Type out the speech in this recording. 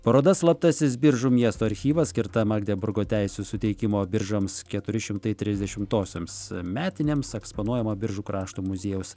paroda slaptasis biržų miesto archyvas skirta magdeburgo teisių suteikimo biržoms keturi šimtai trisdešimtosioms metinėms eksponuojama biržų krašto muziejaus